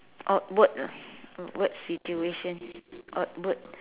orh work work situation orh work